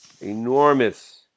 enormous